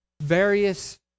Various